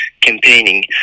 campaigning